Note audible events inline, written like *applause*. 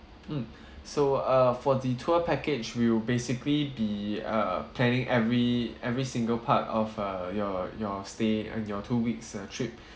mm *breath* so uh for the tour package we'll basically be uh planning every every single part of uh your your stay and your two weeks uh trip *breath*